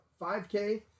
5K